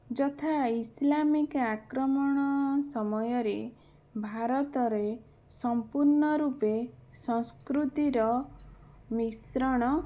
ଯଥା ଇସ୍ଲାମିକ୍ ଆକ୍ରମଣ ସମୟରେ ଭାରତରେ ସଂପୂର୍ଣ୍ଣ ରୂପେ ସଂସ୍କୃତିର ମିଶ୍ରଣ